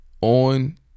on